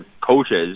coaches